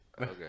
Okay